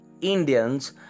Indians